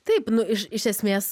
taip nu iš iš esmės